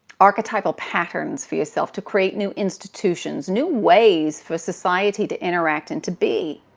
archetypal patterns for yourself, to create new institutions, new ways for society to interact and to be.